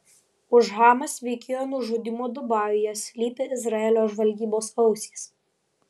už hamas veikėjo nužudymo dubajuje slypi izraelio žvalgybos ausys